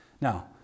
Now